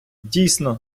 дійсно